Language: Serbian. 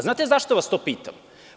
Znate li zašto vas to pitam?